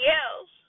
else